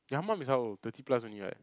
your mum is how old thirty plus only right